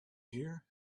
here